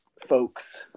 folks